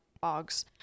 bogs